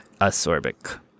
Asorbic